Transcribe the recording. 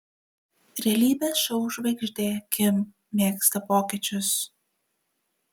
realybės šou žvaigždė kim mėgsta pokyčius